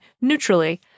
neutrally